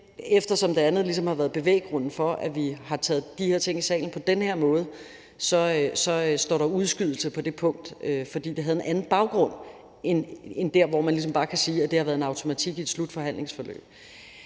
eftersom det andet ligesom har været bevæggrunden for, at vi har taget de her ting i salen på den her måde, så står der udskydelse på det punkt, fordi det havde en anden baggrund end der, hvor man ligesom bare kan sige, at det har været en automatik i slutningen af et forhandlingsforløb.